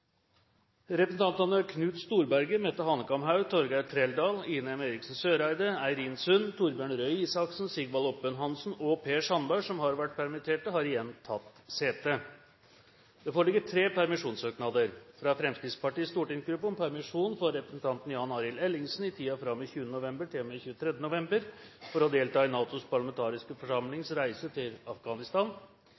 Representantene Knut Storberget, Mette Hanekamhaug, Torgeir Trældal, Ine M. Eriksen Søreide, Eirin Sund, Torbjørn Røe Isaksen, Sigvald Oppebøen Hansen og Per Sandberg, som har vært permittert, har igjen tatt sete. Det foreligger tre permisjonssøknader: fra Fremskrittspartiets stortingsgruppe om permisjon for representanten Jan Arild Ellingsen i tiden fra og med 20. november til og med 23. november for å delta i NATOs parlamentariske